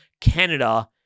Canada